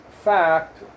fact